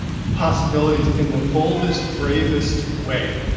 possibilities in the boldest, bravest way.